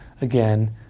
again